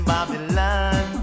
Babylon